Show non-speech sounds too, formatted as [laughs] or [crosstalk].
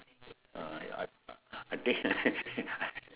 uh I I think [laughs]